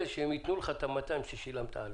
שהם ייתנו לך את ה-200 מגה עליהם שילמת.